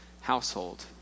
household